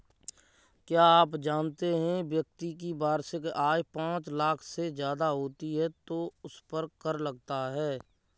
क्या आप जानते है व्यक्ति की वार्षिक आय पांच लाख से ज़्यादा होती है तो उसपर कर लगता है?